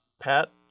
Pat